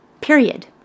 period